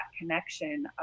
connection